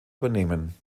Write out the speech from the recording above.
übernehmen